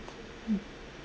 mm